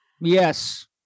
Yes